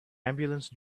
ambulance